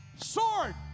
sword